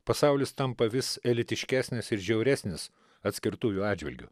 pasaulis tampa vis elitiškesnis ir žiauresnis atskirtųjų atžvilgiu